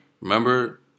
remember